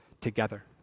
together